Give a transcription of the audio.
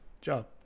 job